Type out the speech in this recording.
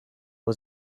was